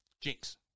Jinx